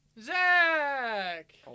Zach